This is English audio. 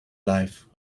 life